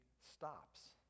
stops